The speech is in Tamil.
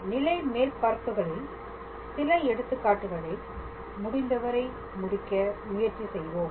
எனவே நிலை மேற்பரப்புகளில் சில எடுத்துக்காட்டுகளை முடிந்தவரை முடிக்க முயற்சி செய்வோம்